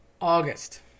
August